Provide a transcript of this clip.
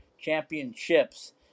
championships